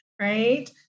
Right